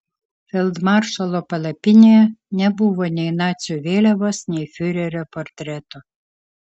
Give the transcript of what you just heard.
feldmaršalo palapinėje nebuvo nei nacių vėliavos nei fiurerio portreto